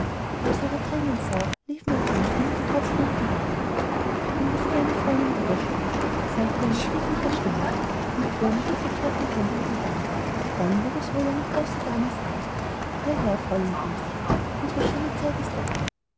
ihre thränen sah liefen auch ihm einige tropfen über die wangen wenn das kleine fräulein wiederkommt sagte er mit kläglicher stimme und fuhr mit der verkehrten hand über die wange dann wird es wohl eine große dame sein ja ja fräulein ilschen unsre schöne zeit ist dahin